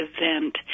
event